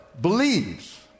believes